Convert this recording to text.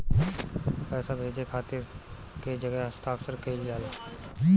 पैसा भेजे के खातिर कै जगह हस्ताक्षर कैइल जाला?